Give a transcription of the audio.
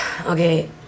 okay